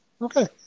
Okay